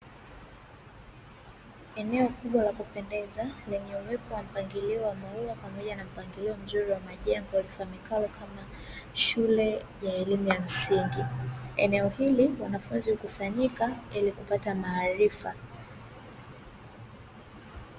Eneo kubwa la kupendeza lenye uwepo wa mpangilio wa maua pamoja na mpangilio mzuri wa majengo, lifahamikalo kama shule ya elimu ya msingi, eneo hili wanafunzi hukusanyika ili kupata maarifa.